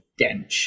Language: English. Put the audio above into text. dench